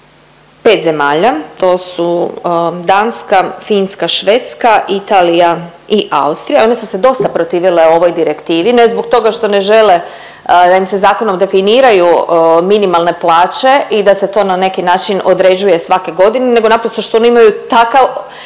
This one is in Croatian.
5 zemalja, to su Danska, Finska, Švedska, Italija i Austrija. One su se dosta protivile ovoj direktivi, ne zbog toga što ne žele da im se zakonom definiraju minimalne plaće i da se to na neki način određuje svake godine nego naprosto što oni imaju takav